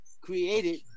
created